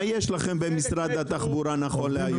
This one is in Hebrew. מה יש לכם במשרד התחבורה נכון להיום?